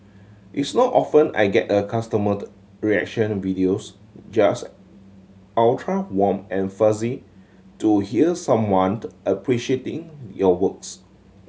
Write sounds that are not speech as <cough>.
it's not often I get a customer <unintelligible> reaction videos just ultra warm and fuzzy to hear someone appreciating your works